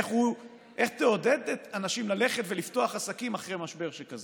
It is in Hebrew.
איך תעודד אנשים ללכת ולפתוח עסקים אחרי משבר שכזה?